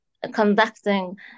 conducting